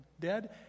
dead